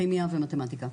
כימיה ומתמטיקה.